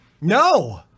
No